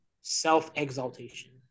self-exaltation